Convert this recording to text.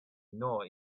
nor